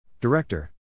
Director